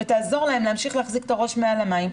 ותעזור להם להמשיך להחזיק את הראש מעל המים.